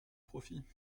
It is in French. profit